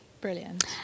Brilliant